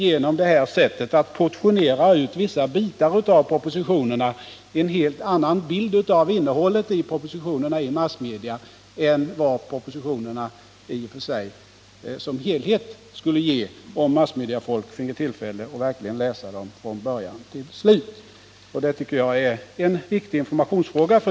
Genom att det portioneras ut vissa bitar av propositionerna får man alltså i massmedia en helt annan bild än den man skulle få om massmediafolket fick tillfälle att ta del av propositionerna som helhet. Jag tycker att detta är en viktig informationsfråga.